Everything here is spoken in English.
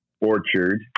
orchard